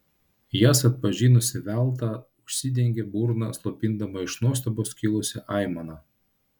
jas atpažinusi velta užsidengė burną slopindama iš nuostabos kilusią aimaną